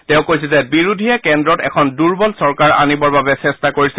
তেওঁ কৈছে যে বিৰোধীয়ে কেন্দ্ৰত এখন দুৰ্বল চৰকাৰ আনিবৰ বাবে চেষ্টা কৰিছে